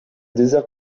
déserts